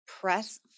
press